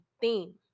theme